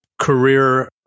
career